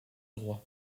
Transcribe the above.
droit